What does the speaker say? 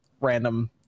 random